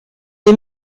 est